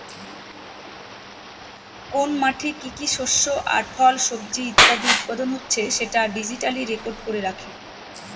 কোন মাঠে কি কি শস্য আর ফল, সবজি ইত্যাদি উৎপাদন হচ্ছে সেটা ডিজিটালি রেকর্ড করে রাখে